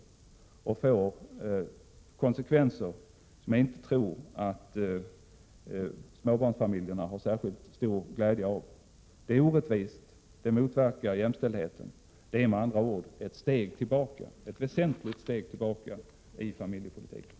Förslaget får sådana konsekvenser att jag inte tror att småbarnsfamiljerna har särskilt stor glädje av det. Det är orättvist och det motverkar jämställdheten. Det innebär med andra ord ett väsentligt steg tillbaka i familjepolitiken.